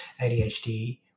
adhd